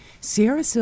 Sierra